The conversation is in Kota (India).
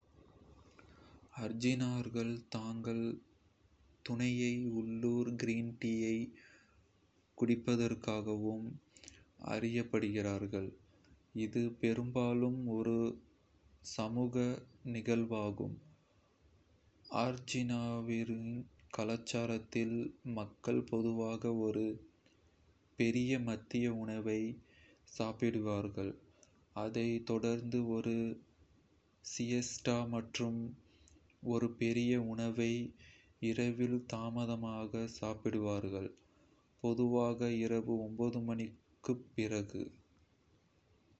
அர்ஜென்டினாக்கள் தங்கள் துணையை, உள்ளூர் க்ரீன் டீயைக் குடிப்பதற்காகவும் அறியப்படுகிறார்கள், இது பெரும்பாலும் ஒரு சமூக நிகழ்வாகும். அர்ஜென்டினாவின் கலாச்சாரத்தில், மக்கள் பொதுவாக ஒரு பெரிய மதிய உணவை சாப்பிடுவார்கள், அதைத் தொடர்ந்து ஒரு சியஸ்டா மற்றும் ஒரு பெரிய உணவை இரவில் தாமதமாக சாப்பிடுவார்கள், பொதுவாக இரவு மணிக்குப் பிறகு.